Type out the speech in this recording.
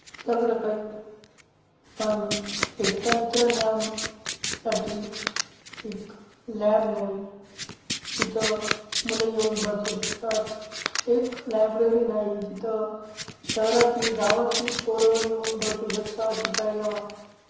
सगळं काही आहे पण एक तंत्रज्ञानासाठी एक लॅब नाही जिथं मुलं येऊन बसू शकतात एक लायब्ररी नाही जिथं शहरातली गावातली पोरं येऊन बसू शकतात शिकायला